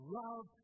love